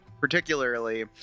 particularly